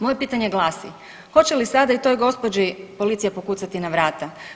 Moje pitanje glasi hoće li sada i toj gospođi policija pokucati na vrata?